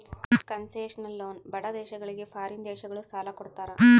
concessional loan ಬಡ ದೇಶಗಳಿಗೆ foreign ದೇಶಗಳು ಸಾಲ ಕೊಡ್ತಾರ